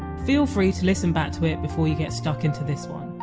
feel free to listen back to it before you get stuck into this one